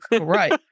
Right